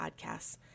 podcasts